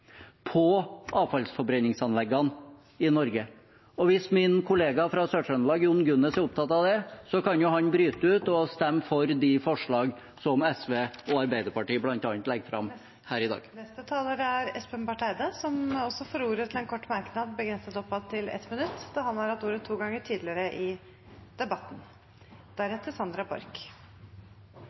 på avfallsforbrenningsanleggene i Norge. Og hvis min kollega fra Sør-Trøndelag, Jon Gunnes, er opptatt av det, kan jo han bryte ut og stemme for de forslag som SV og Arbeiderpartiet, bl.a., legger fram her i dag. Representanten Espen Barth Eide har hatt ordet to ganger tidligere og får ordet til en kort merknad, begrenset til 1 minutt. Jeg tenker det er greit mot slutten av debatten